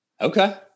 Okay